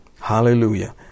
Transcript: Hallelujah